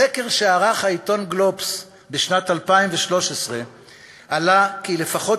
מסקר שערך העיתון "גלובס" בשנת 2013 עלה כי לפחות